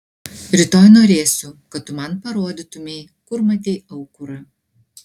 rytoj norėsiu kad tu man parodytumei kur matei aukurą